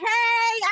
Hey